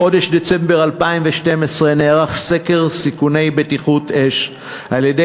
בחודש דצמבר 2012 נערך באתר ניצן על-ידי